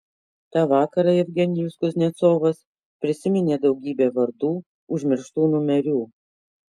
tą vakarą jevgenijus kuznecovas prisiminė daugybė vardų užmirštų numerių